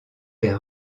des